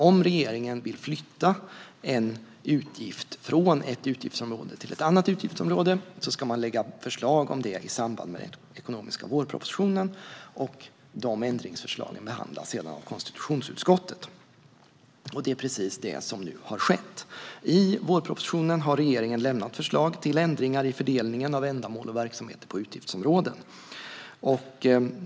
Om regeringen vill flytta en utgift från ett utgiftsområde till ett annat utgiftsområde ska man lägga fram förslag om det i samband med den ekonomiska vårpropositionen. De ändringsförslagen behandlas sedan av konstitutionsutskottet. Det är precis det som nu har skett. I vårpropositionen har regeringen lämnat förslag till ändringar i fördelningen av ändamål och verksamheter på utgiftsområden.